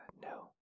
No